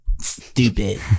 Stupid